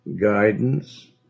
guidance